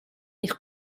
eich